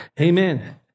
Amen